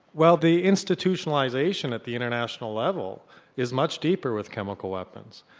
well the institutionalisation at the international level is much deeper with chemical weapons.